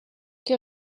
que